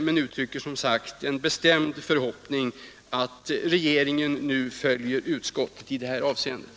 Men jag uttrycker som sagt en mycket stark förhoppning att regeringen följer utskottet i det här avseendet.